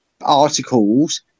articles